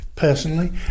personally